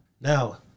Now